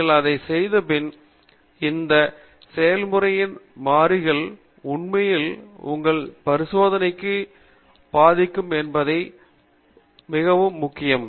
நீங்கள் இதை செய்தபின் இந்த செயல்முறையின் மாறிகள் உண்மையில் உங்கள் பரிசோதனையைப் பாதிக்கும் என்பதைப் பாற்பது மிகவும் முக்கியம்